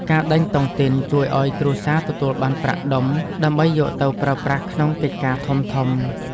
ការដេញតុងទីនជួយឱ្យគ្រួសារទទួលបានប្រាក់ដុំ ដើម្បីយកទៅប្រើប្រាស់ក្នុងកិច្ចការធំៗ។